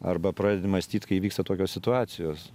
arba pradedi mąstyt kai įvyksta tokios situacijos